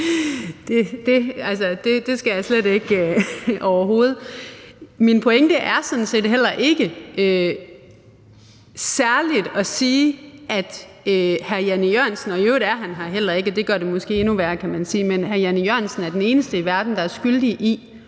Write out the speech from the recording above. det skal jeg slet ikke overhovedet undlade at indrømme. Min pointe er sådan set heller ikke særligt at sige, at hr. Jan E. Jørgensen – i øvrigt er han her heller ikke, og det gør det måske endnu værre, kan man sige – er den eneste i verden, der er skyldig i